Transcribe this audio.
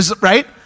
Right